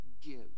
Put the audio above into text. give